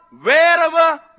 wherever